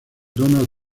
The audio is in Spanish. donald